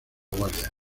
guardia